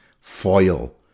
foil